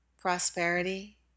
prosperity